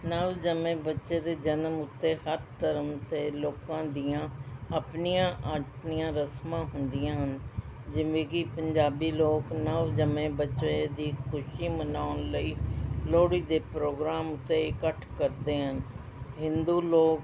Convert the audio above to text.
ਨਵ ਜੰਮੇ ਬੱਚੇ ਦੇ ਜਨਮ ਉੱਤੇ ਹਰ ਧਰਮ ਦੇ ਲੋਕਾਂ ਦੀਆਂ ਆਪਣੀਆਂ ਆਪਣੀਆਂ ਰਸਮਾਂ ਹੁੰਦੀਆਂ ਹਨ ਜਿਵੇਂ ਕਿ ਪੰਜਾਬੀ ਲੋਕ ਨਵ ਜੰਮੇ ਬੱਚੇ ਦੀ ਖੁਸ਼ੀ ਮਨਾਉਣ ਲਈ ਲੋਹੜੀ ਦੇ ਪ੍ਰੋਗਰਾਮ ਉੱਤੇ ਇਕੱਠ ਕਰਦੇ ਹਨ ਹਿੰਦੂ ਲੋਕ